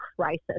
crisis